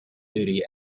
duty